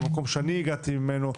מהמקום שאני הגעתי ממנו,